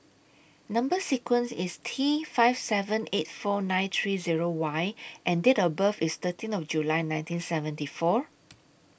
Number sequence IS T five seven eight four nine three Zero Y and Date of birth IS thirteen of July nineteen seventy four